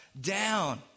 down